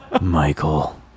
michael